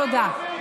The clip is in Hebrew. תודה.